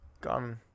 Gone